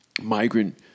migrant